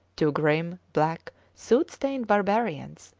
two grim, black, soot-stained barbarians,